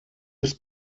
des